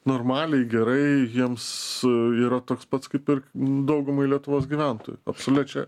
normaliai gerai jiems yra toks pats kaip ir daugumai lietuvos gyventojų absoliučiai